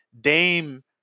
Dame